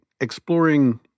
exploring